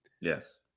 Yes